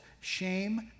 shame